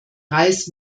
reis